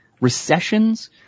recessions